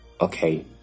okay